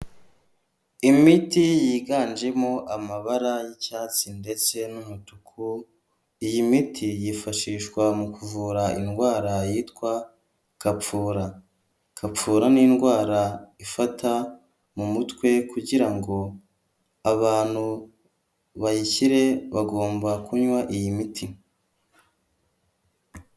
Imiti yiganjemo amabara y'icyatsi ndetse n'umutuku, iyi miti yifashishwa mu kuvura indwara yitwa gapfura, gapfura ni indwara ifata mu mutwe kugira ngo abantu bayikire bagomba kunywa iyi miti.